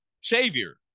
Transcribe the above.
savior